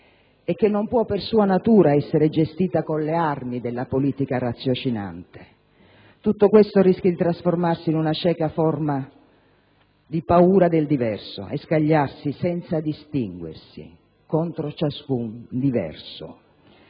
e che non può per sua natura essere gestita con le armi della politica raziocinante tutto questo rischia di trasformarsi in una cieca forma di paura del diverso e scagliarsi senza distinguersi contro ciascun diverso?